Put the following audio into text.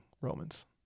Romans